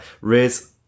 Riz